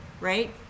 right